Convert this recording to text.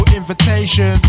invitation